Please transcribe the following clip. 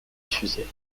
diffusés